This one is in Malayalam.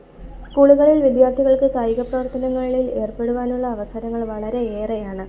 സ്കൂളുകളിൽ വിദ്യാർത്ഥികൾക്ക് കായിക പ്രവർത്തനങ്ങളിൽ എർപ്പെടുവാനുള്ള അവസരങ്ങൾ വളരെ ഏറെയാണ്